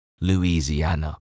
Louisiana